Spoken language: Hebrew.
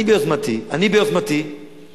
אני ביוזמתי קבעתי,